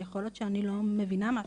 יכול להיות שאני לא מבינה משהו,